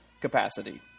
capacity